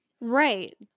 Right